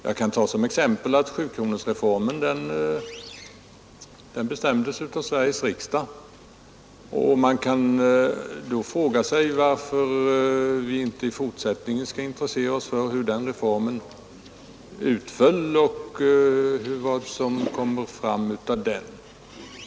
Jag kan ta som exempel att sjukronorsreformen bestämdes av Sveriges riksdag, och man kan då fråga sig varför vi i fortsättningen inte skulle intressera oss för hur den reformen utföll och vad som kommer fram av den.